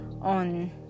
on